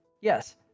Yes